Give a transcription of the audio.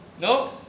No